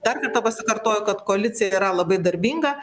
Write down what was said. dar kartą pasikartoju kad koalicija yra labai darbinga